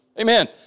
Amen